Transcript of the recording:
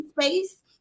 space